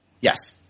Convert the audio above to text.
Yes